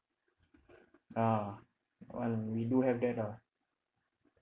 ah well we do have that ah